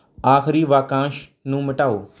ਆਖਰੀ ਵਾਕੰਸ਼ ਨੂੰ ਮਿਟਾਓ